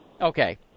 Okay